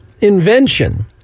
invention